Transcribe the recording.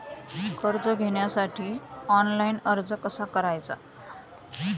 कर्ज घेण्यासाठी ऑनलाइन अर्ज कसा करायचा?